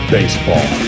Baseball